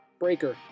Breaker